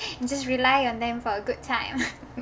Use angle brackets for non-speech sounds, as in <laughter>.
and just rely on them for a good time <laughs>